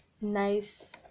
nice